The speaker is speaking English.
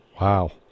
Wow